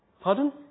Pardon